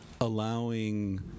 allowing